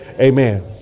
Amen